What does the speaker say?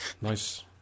Nice